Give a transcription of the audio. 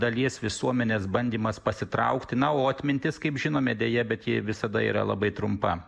dalies visuomenės bandymas pasitraukti na o atmintis kaip žinome deja bet ji visada yra labai trumpa